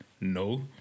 No